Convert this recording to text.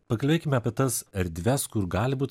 pakalbėkim apie tas erdves kur gali būt